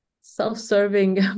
self-serving